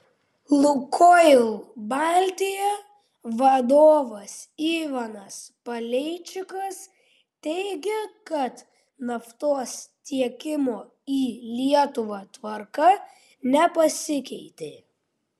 lukoil baltija vadovas ivanas paleičikas teigė kad naftos tiekimo į lietuvą tvarka nepasikeitė